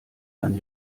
dann